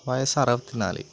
വയസ്സ് അറുപത്തി നാല്